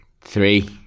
Three